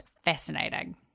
fascinating